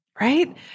right